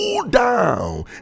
down